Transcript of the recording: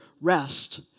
rest